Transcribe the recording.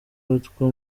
witwa